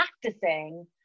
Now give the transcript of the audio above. practicing